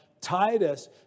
Titus